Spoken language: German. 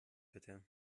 bitte